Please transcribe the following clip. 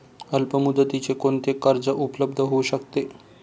अल्पमुदतीचे कोणते कर्ज उपलब्ध होऊ शकते?